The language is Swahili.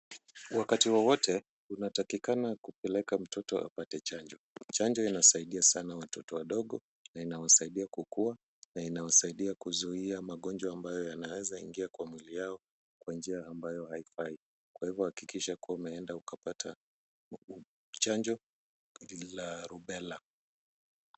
Kwa wakati wowote unatakikana kupeleke mtoto apate chanjo, chanjo inasaidia sana watoto wadogo na inawasaidia kukua na inawasaidia kuzuia magonjwa ambayo yanaezaingia kwa mwili yao kwa njia ambayo haifai kwa hivyo hakikisha kuwa umeenda ukapata chanjo hili la rubela.